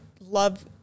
love